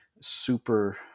super